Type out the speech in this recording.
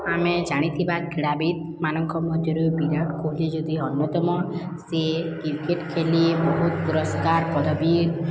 ଆମେ ଜାଣିଥିବା କ୍ରୀଡ଼ାବିତ୍ ମାନଙ୍କ ମଧ୍ୟରୁ ବିରାଟ କୋହଲି ଯଦି ଅନ୍ୟତମ ସିଏ କ୍ରିକେଟ୍ ଖେଳି ବହୁତ ପୁରସ୍କାର ପଦବୀ